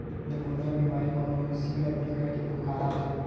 pneumonia बेमारी म मवेशी ल बिकट के बुखार आथे